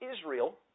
Israel